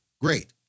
great